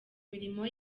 mirimo